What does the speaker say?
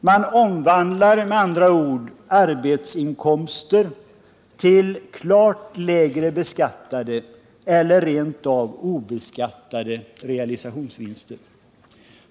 Man omvandlar med andra ord arbetsinkomster till klart lägre beskattade eller rent av obeskattade realisationsvinster.